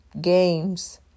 games